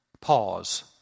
pause